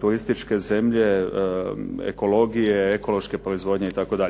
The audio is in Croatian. turističke zemlje, ekologije, ekološke proizvodnje itd.